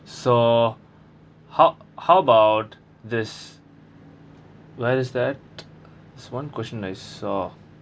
so how how about this where is that this one question I saw